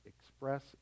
express